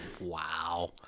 Wow